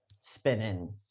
spinning